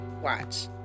Watch